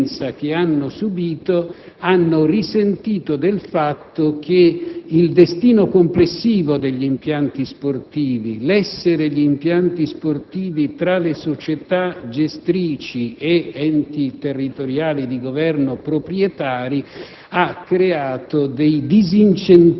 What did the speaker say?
forse nella stessa inadempienza che hanno subìto, hanno risentito del fatto che il destino complessivo degli impianti sportivi, il loro essere tra le società gestrici e enti territoriali di Governo